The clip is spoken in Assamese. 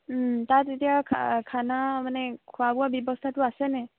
তাত এতিয়া খানা মানে খোৱা বোৱা ব্যৱস্থাটো আছেনে